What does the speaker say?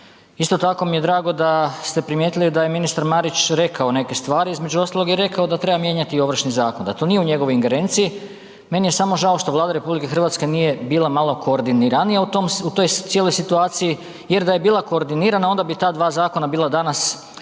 Isto tako mi je drago da ste primijetili da je ministar Marić rekao neke stvari, između ostalog je rekao da treba mijenjati i Ovršni zakon, da to nije u njegovoj ingerenciji. Meni je samo žao što Vlada RH nije bila malo koordiniranija u toj cijeloj situaciji jer da je bila koordinirana, onda bi ta dva zakona bila danas na